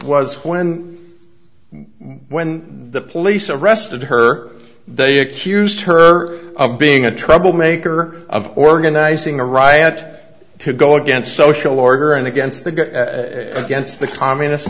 was when when the police arrested her they accused her of being a troublemaker of organizing a riot to go against social order and against the good against the communist